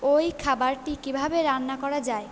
ওই খাবারটি কীভাবে রান্না করা যায়